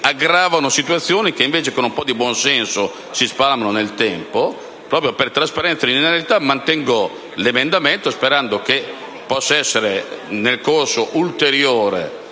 2013 vano situazioni che invece, con un po’ di buon senso, si spalmano nel tempo. Proprio per trasparenza e linearitaio mantengo l’emendamento, sperando che, nel corso ulteriore